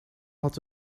had